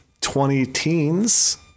20-teens